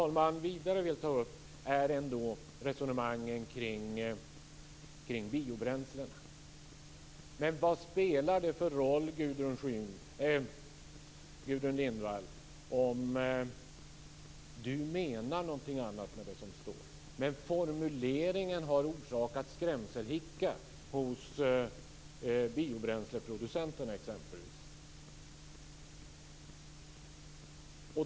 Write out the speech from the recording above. Det jag vidare vill ta upp är ändå resonemangen kring biobränslena. Vad spelar det för roll, Gudrun Lindvall, om du menar någonting annat än det som står? Formuleringen har orsakat skrämselhicka hos exempelvis biobränsleproducenterna.